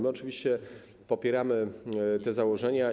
My oczywiście popieramy te założenia.